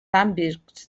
àmbits